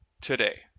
today